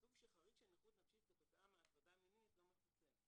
כתוב שחריג של נכות נפשית כתוצאה מהטרדה מינית לא מכוסה.